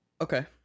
Okay